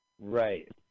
right